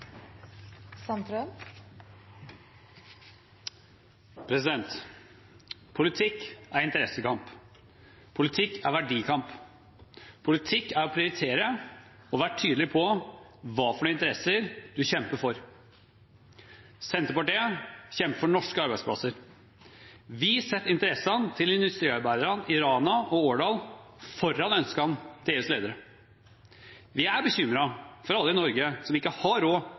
dag. Politikk er interessekamp. Politikk er verdikamp. Politikk er å prioritere og å være tydelig på hva slags interesser du kjemper for. Senterpartiet kjemper for norske arbeidsplasser. Vi setter interessene til industriarbeiderne i Rana og Årdal foran ønskene til EUs ledere. Vi er bekymret for alle i Norge som ikke har råd